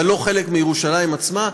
אבל לא חלק מירושלים עצמה.